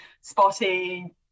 spotty